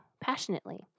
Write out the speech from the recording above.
passionately